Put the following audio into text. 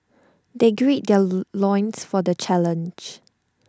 they gird their loins for the challenge